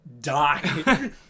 die